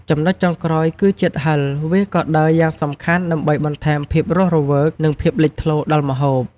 ចំណុចចុងក្រោយគឺ ជាតិហឹរ វាក៏ដើរយ៉ាងសំខាន់ដើម្បីបន្ថែមភាពរស់រវើក និងភាពលេចធ្លោដល់ម្ហូប។